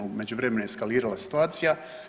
U međuvremenu je eskalirala situacija.